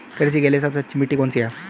कृषि के लिए सबसे अच्छी मिट्टी कौन सी है?